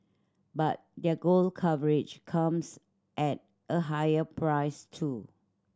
but their global coverage comes at a higher price too